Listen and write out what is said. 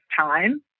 time